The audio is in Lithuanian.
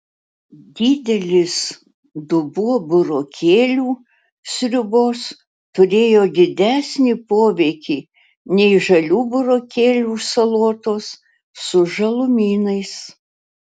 didelis dubuo burokėlių sriubos turėjo didesnį poveikį nei žalių burokėlių salotos su žalumynais